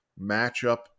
matchup